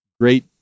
great